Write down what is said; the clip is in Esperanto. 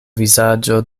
vizaĝo